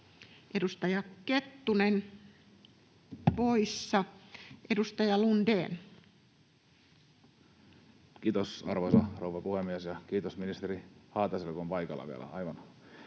muuttamisesta Time: 17:42 Content: Kiitos, arvoisa rouva puhemies, ja kiitos ministeri Haataiselle, kun on paikalla vielä — aivan